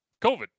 COVID